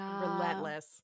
relentless